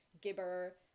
Gibber